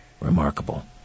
Remarkable